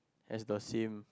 has the same